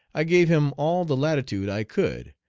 i gave him all the latitude i could,